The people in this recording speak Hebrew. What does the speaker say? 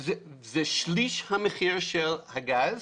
זה שליש מהמחיר של הגז